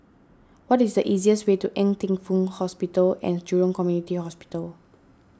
what is the easiest way to Ng Teng Fong Hospital and Jurong Community Hospital